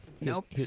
nope